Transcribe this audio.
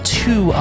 two